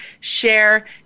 share